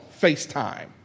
FaceTime